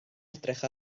edrych